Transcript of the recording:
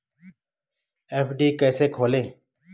FD कैसे खोलें?